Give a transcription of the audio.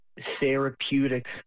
therapeutic